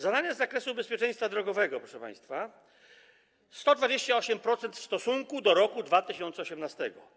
Zadania z zakresu bezpieczeństwa drogowego, proszę państwa: 128% w stosunku do roku 2018.